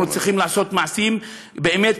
אנחנו צריכים לעשות מעשים באמת,